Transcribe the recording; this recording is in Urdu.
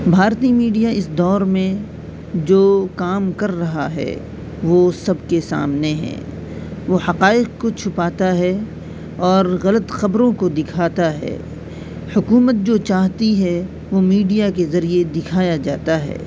بھارتی میڈیا اس دور میں جو کام کر رہا ہے وہ سب کے سامنے ہے وہ حقائق کو چھپاتا ہے اور غلط خبروں کو دکھاتا ہے حکومت جو چاہتی ہے وہ میڈیا کے ذریعہ دکھایا جاتا ہے